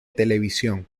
televisión